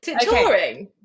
touring